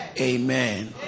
amen